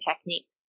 techniques